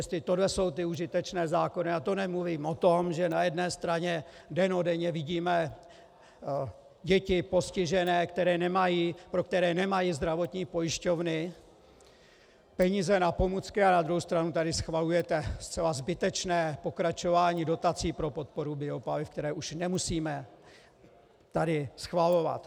Jestli tohle jsou ty užitečné zákony a to nemluvím o tom, že na jedné straně dennodenně vidíme děti postižené, pro které nemají zdravotní pojišťovny peníze na pomůcky, a na druhou stranu tady schvalujete zcela zbytečné pokračování dotací pro podporu biopaliv, které už nemusíme schvalovat.